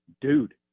dude